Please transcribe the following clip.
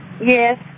Yes